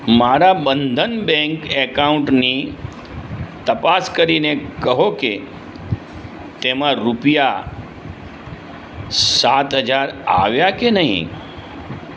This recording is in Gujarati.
મારા બંધન બૅન્ક અકાઉન્ટની તપાસ કરીને કહો કે તેમાં રૂપિયા સાત હજાર આવ્યા કે નહીં